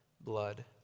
blood